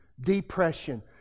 depression